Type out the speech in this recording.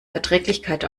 verträglichkeit